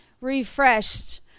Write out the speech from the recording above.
refreshed